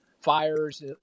fires